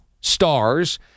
stars